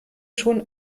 schon